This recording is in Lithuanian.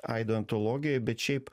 aido antologijoj bet šiaip